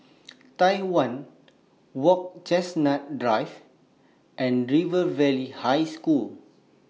Tai Hwan Walk Chestnut Drive and River Valley High School